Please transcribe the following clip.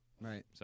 Right